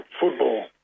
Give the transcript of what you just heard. football